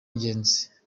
ingenzi